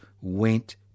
went